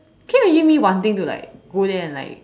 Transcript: can you imagine me wanting to like go there and like